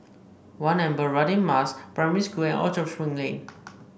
One Amber Radin Mas Primary School and Orchard Spring Lane